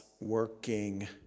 working